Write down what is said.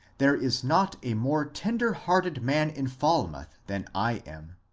there is not a more tender-hearted man in falmouth than i am.